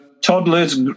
Toddlers